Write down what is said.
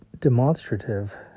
demonstrative